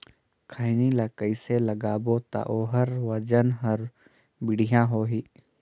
खैनी ला कइसे लगाबो ता ओहार वजन हर बेडिया होही?